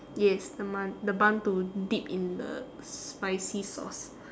yes the man~ the bun to dip in the spicy sauce